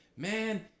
man